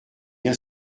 bien